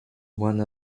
one